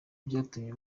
byatumye